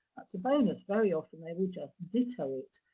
that's a bonus. very often, they will just ditto it.